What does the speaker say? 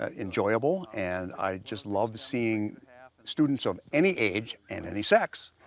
ah enjoyable and i just love seeing students of any age and any sex